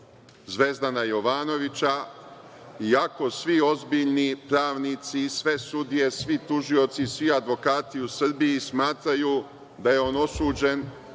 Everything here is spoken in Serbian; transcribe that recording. Zvezdana Jovanovića, iako svi ozbiljni pravnici, sve sudije, svi tužioci, svi advokati u Srbiji smatraju da je on osuđen